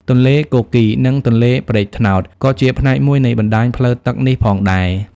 ទន្លេគគីរ និង ទន្លេព្រែកត្នោត ក៏ជាផ្នែកមួយនៃបណ្តាញផ្លូវទឹកនេះផងដែរ។